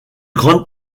grande